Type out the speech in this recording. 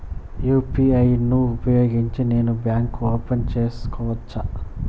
UPI ను ఉపయోగించి నేను బ్యాంకు ఓపెన్ సేసుకోవచ్చా?